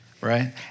right